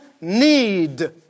need